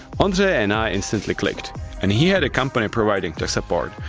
ondrej and i instantly clicked and he had a company providing tech support,